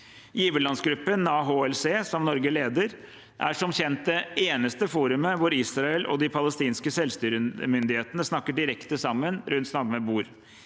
Giverlandsgruppen, AHLC, som Norge leder, er som kjent det eneste forumet hvor Israel og de palestinske selvstyremyndighetene snakker direkte sammen rundt samme bord.